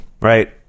right